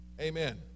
Amen